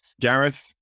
Gareth